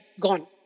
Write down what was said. gone